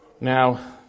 Now